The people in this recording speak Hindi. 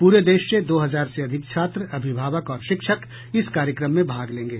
पूरे देश से दो हजार से अधिक छात्र अभिभावक और शिक्षक इस कार्यक्रम में भाग लेंगे